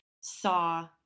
saw